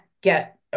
get